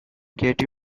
get